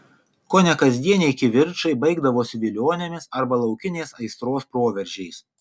kone kasdieniai kivirčai baigdavosi vilionėmis arba laukinės aistros proveržiais